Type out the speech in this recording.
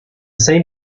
same